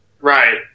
Right